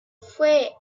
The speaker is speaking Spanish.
fue